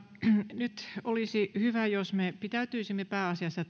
nyt olisi hyvä jos me pitäytyisimme pääasiassa